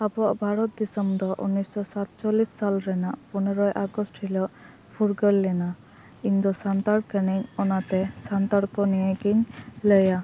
ᱟᱵᱚᱭᱟᱜ ᱵᱷᱟᱨᱚᱛ ᱫᱤᱥᱚᱢ ᱫᱚ ᱩᱱᱤᱥᱚ ᱥᱟᱛᱪᱚᱞᱤᱥ ᱥᱟᱞ ᱨᱮᱱᱟᱜ ᱯᱚᱱᱮᱨᱳᱭ ᱟᱜᱚᱥᱴ ᱦᱤᱞᱳᱜ ᱯᱷᱩᱨᱜᱟᱹᱞ ᱞᱮᱱᱟ ᱤᱧ ᱫᱚ ᱥᱟᱱᱛᱟᱲ ᱠᱟᱱᱟᱹᱧ ᱚᱱᱟ ᱛᱮ ᱥᱟᱱᱛᱟᱲ ᱠᱚ ᱱᱤᱭᱮᱜᱮᱧ ᱞᱟᱹᱭᱟ